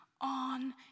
on